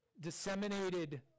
disseminated